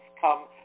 come